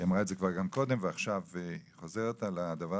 היא אמרה את זה כבר קודם ועכשיו היא חוזרת על הדברים,